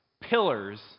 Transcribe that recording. pillars